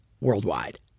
worldwide